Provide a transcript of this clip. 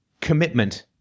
commitment